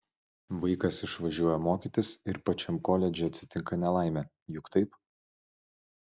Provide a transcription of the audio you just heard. vaikas išvažiuoja mokytis ir pačiam koledže atsitinka nelaimė juk taip